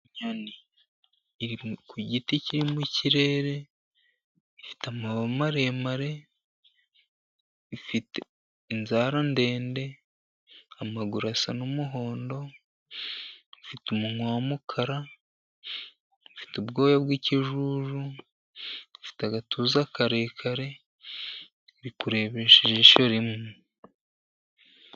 Inyoni iri ku giti kiri mu ikirere, ifite amababa maremare, ifite inzara ndende, amaguru asa n'umuhondo, ifite umunwa w'mukara, ifite ubwoya bwi'kijuju, ifite agatuza karekare, iri kurebesha ijisho rimwe.